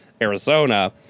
Arizona